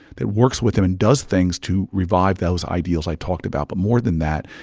that works with them and does things to revive those ideals i talked about but, more than that,